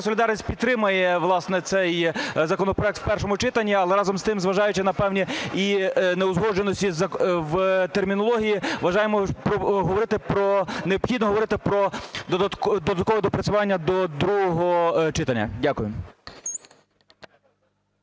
солідарність" підтримує, власне, цей законопроект в першому читанні, але разом з тим, зважаючи на певні неузгодженості в термінології, вважаємо, необхідно говорити про додаткове доопрацювання до другого читання. Дякую.